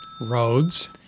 Roads